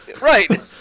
right